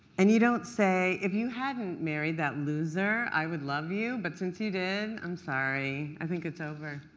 and you don't say, if you hadn't married that loser, i would love you, but since you did, i'm sorry, i think it's over.